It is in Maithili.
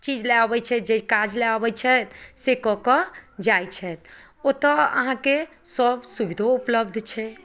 चीज लए अबै छथि या जै काज लए अबै छथि से कऽ कऽ जाइ छथि ओतऽ अहाँके सभ सुविधो उपलब्ध छै